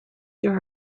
there